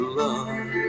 love